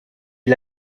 est